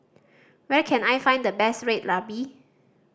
where can I find the best Red Ruby